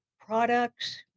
products